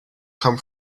come